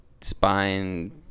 spine